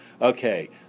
Okay